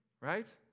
Right